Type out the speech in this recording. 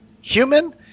human